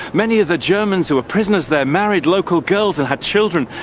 many of the germans who were prisoners there married local girls and had children,